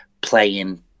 playing